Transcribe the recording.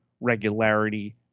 regularity